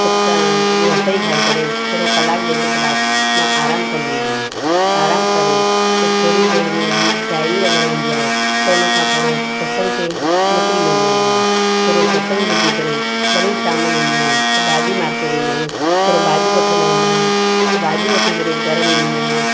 पोइ त रसोई खाई करे थोरो कलाकु ॾेढु कलाक मां आराम कंदी आहियां आरामु करे पोइ थोरी देरि में मुंहिंजी साहिड़ी वग़ैरह ईंदी आहे त हुन सां थोरो सत्संग ते निकिरी वेंदी आहियां थोरो सत्संग ॿुधी करे वरी शाम जो ईंदी आहियां त भाॼी मार्केट वेंदा आहियूं थोरो भाॼियूं वठंदा ईंदा आहियूं त भाॼियूं वठी करे घर में ईंदी आहियां